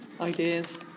ideas